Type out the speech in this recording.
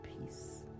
peace